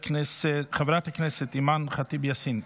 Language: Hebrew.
חברת הכנסת אימאן ח'טיב יאסין,